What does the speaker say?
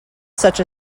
such